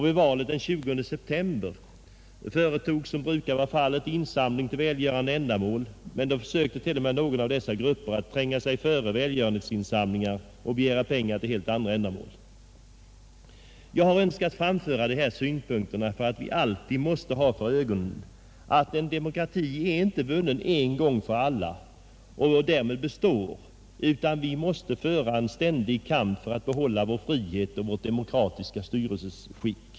Vid valet den 20 september förra året företogs, som brukar vara fallet, insamling till välgörande ändamål, men då försökte t.o.m. någon av dessa grupper att tränga sig före välgörenhetsinsamlingen och begärde pengar till helt andra ändamål. Jag har önskat framföra dessa synpunkter därför att vi alltid måste ha för ögonen att en demokrati inte är vunnen en gång för alla och därmed består, utan att vi måste föra en ständig kamp för att behålla vår frihet och vårt demokratiska styrelseskick.